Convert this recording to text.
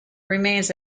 remains